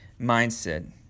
mindset